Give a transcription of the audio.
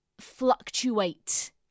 fluctuate